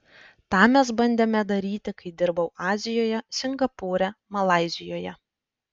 tą mes bandėme daryti kai dirbau azijoje singapūre malaizijoje